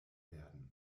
werden